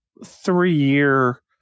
three-year